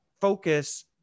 focus